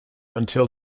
until